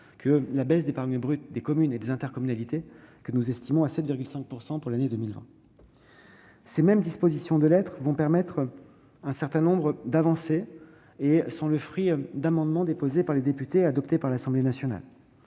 que la baisse d'épargne brute des communes et des intercommunalités, une baisse que nous estimons à 7,5 % pour l'année 2020. Ces mêmes dispositions « de lettres » permettront un certain nombre d'avancées. Elles sont le fruit d'amendements déposés par les députés et adoptés par l'Assemblée nationale.